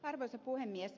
arvoisa puhemies